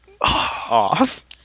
off